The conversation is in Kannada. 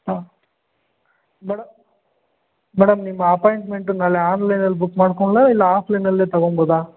ಹಾಂ ಮೇಡಮ್ ಮೇಡಮ್ ನಿಮ್ಮ ಅಪಾಯಿಂಟ್ಮೆಂಟು ನಾಳೆ ಆನ್ಲೈನಲ್ಲಿ ಬುಕ್ ಮಾಡ್ಕೊಳ್ಲಾ ಇಲ್ಲಾ ಆಫ್ಲೈನಲ್ಲೇ ತಗೊಬೋದ